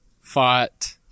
fought